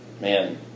man